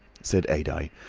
said adye.